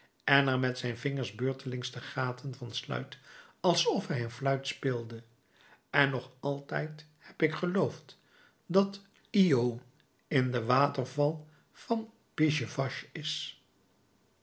en er met zijn vingers beurtelings de gaten van sluit alsof hij een fluit speelde en nog altijd heb ik geloofd dat iö in den waterval van pissevache is